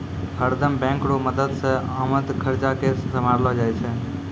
हरदम बैंक रो मदद से आमद खर्चा के सम्हारलो जाय छै